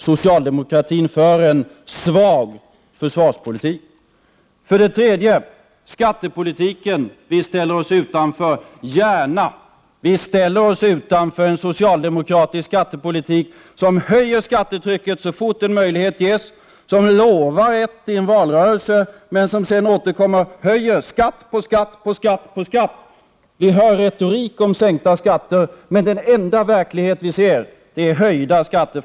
Socialdemokratin för en svag försvarspolitik. När det gäller skattepolitiken ställer vi oss utanför, säger statsministern. Gärna -— vi ställer oss utanför en socialdemokratisk skattepolitik som höjer skattetrycket så fort en möjlighet ges, som lovar ett i en valrörelse men som sedan återkommer och höjer skatt på skatt på skatt. Vi hör retorik om sänkta skatter, men den enda verklighet vi ser hos socialdemokratin är höjda skatter.